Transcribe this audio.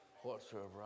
Whatsoever